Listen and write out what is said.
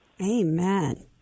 Amen